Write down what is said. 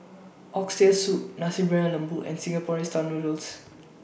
Oxtail Soup Nasi Briyani Lembu and Singapore Noodles